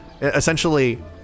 Essentially